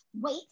wait